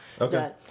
Okay